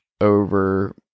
over